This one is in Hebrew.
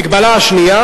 המגבלה השנייה,